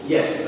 Yes